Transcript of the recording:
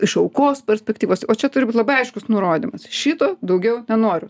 iš aukos perspektyvos o čia turi būt labai aiškus nurodymas šito daugiau nenoriu